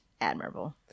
admirable